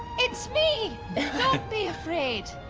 it's me. don't be afraid.